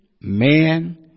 man